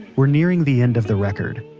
we're nearing the end of the record.